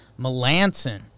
Melanson